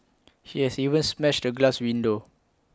he has even smashed A glass window